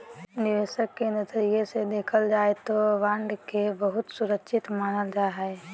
निवेशक के नजरिया से देखल जाय तौ बॉन्ड के बहुत सुरक्षित मानल जा हइ